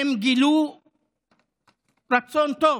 והם גילו רצון טוב